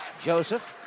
Joseph